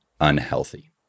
unhealthy